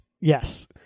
Yes